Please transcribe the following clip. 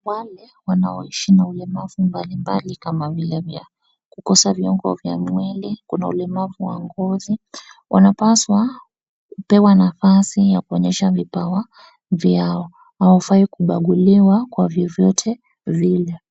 Wale wanaoishi na ulemavu mbalimbali kama vile vya kukosa viungo vya mwili, kuna ulemavu wa ngozi, wanapaswa kupewa nafasi ya kuonyesha vipawa vyao. Hawafai kubaguliwa kwa vyovyote vile.